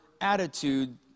attitude